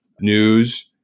news